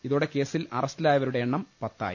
ഇതോടെ കേസിൽ അറസ്റ്റിലായവരുടെ എണ്ണം പത്തായി